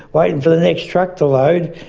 waiting for the next truck to load,